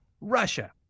Russia